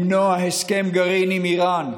למנוע הסכם גרעין עם איראן,